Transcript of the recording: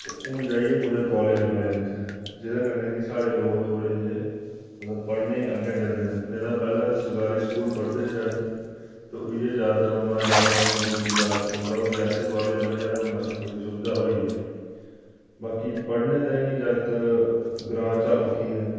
ते हून जाइयै कुतै कॉलेज बने दे इत्थै जेह्दे कन्नै कि साढ़े लोक थोह्ड़े जे अगर पढ़ने गी अग्गें जंदे न नेईं तां पैह्लें सरकारी स्कूल पढ़दे हे जागत ते इयै जैदातर औना जाना उ'नें दूर दराज पौंदा हा ते रियासी कॉलेज बनेआ ते हून असें गी थोह्ड़ी सुविधा होई ऐ बाकी पढ़ने ताईं जागत् ग्रांऽ चा उट्ठियै